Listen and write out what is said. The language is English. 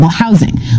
housing